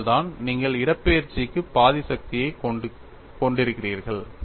அதனால் தான் நீங்கள் இடப்பெயர்ச்சிக்கு பாதி சக்தியைக் கொண்டிருக்கிறீர்கள்